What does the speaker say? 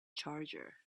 charger